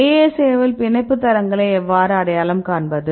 ASA வில் பிணைப்பு தளங்களை எவ்வாறு அடையாளம் காண்பது